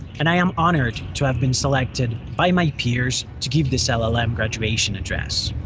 and i am honored to have been selected by my peers to give this ll ll m. graduation address.